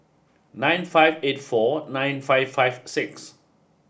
nine five eight four nine five five six